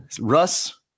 Russ